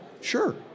sure